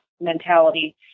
mentality